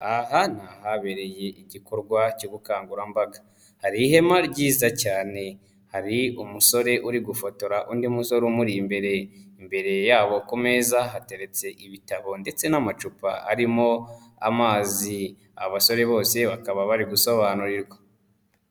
Aha ni ahabereye igikorwa cy'ubukangurambaga. hari ihema ryiza cyane, hari umusore uri gufotora undi musore umuri imbere, imbere yabo ku meza hateretse ibitabo ndetse n'amacupa arimo amazi. Abasore bose bakaba bari gusobanurirwa.